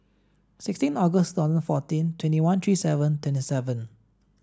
sixteen August two thousand fourteen twenty one three seven twenty seven